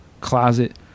closet